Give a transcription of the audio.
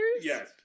yes